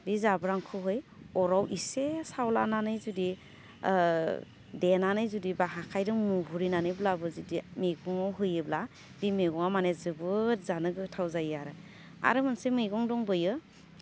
बे जाब्रांखौहै अराव इसे सावलानानै जुदि देनानै जुदि बा आखाइजों मुरिनानैब्लाबो जुदि मेगङाव होयोब्ला बे मेगङा माने जोबोद जानो गोथाव जायो आरो आरो मोनसे मेगं दंबावो